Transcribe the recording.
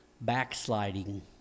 backsliding